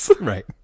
Right